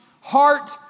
heart